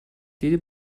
دیدی